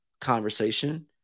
conversation